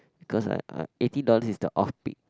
cause I I eighteen dollar is the off peak